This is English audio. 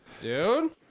Dude